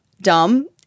dumb